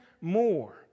more